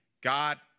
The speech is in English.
God